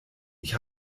ich